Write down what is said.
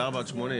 על 4 עד 8,